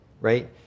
right